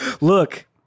look